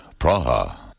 Praha